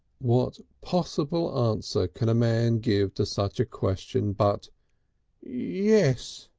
what possible answer can a man give to such a question but yes!